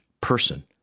person